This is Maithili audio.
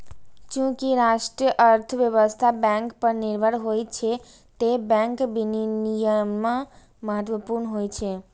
चूंकि राष्ट्रीय अर्थव्यवस्था बैंक पर निर्भर होइ छै, तें बैंक विनियमन महत्वपूर्ण होइ छै